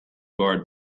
guard